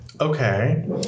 Okay